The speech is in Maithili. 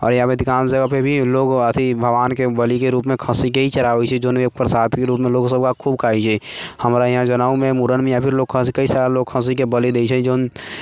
आओर इहाँपर अधिकांश जगहपर भी लोग अथी भगवानके बलिके रूपमे खस्सीके ही चढ़ाबै छै जोन ई प्रसाद के रूपमे लोक सभ ओकरा खूब खाइ छै हमरा इहाँ जेनेउमे मुड़नमे या फिर खस्सी कइ सारा लोग खस्सीके बलि दै छै जोन